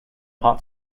hot